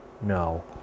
no